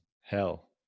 Hell